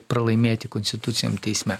pralaimėti konstituciniam teisme